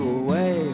away